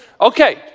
okay